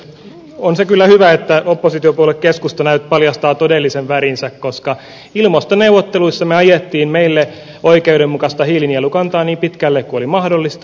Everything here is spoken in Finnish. on se kyllä hyvä että oppositiopuolue keskusta paljastaa todellisen värinsä koska ilmastoneuvotteluissa me ajoimme meille oikeudenmukaista hiilinielukantaa niin pitkälle kuin oli mahdollista